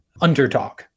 underdog